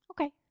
Okay